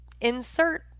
insert